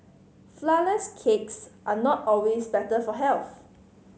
flourless cakes are not always better for health